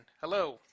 Hello